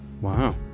Wow